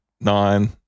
nine